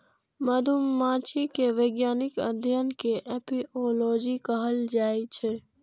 मधुमाछी के वैज्ञानिक अध्ययन कें एपिओलॉजी कहल जाइ छै